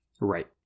Right